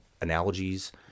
analogies